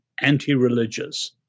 anti-religious